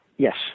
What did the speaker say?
Yes